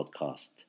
podcast